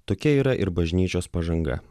tokia yra ir bažnyčios pažanga